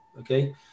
okay